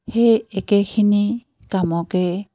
সেই একেখিনি কামকে